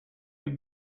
you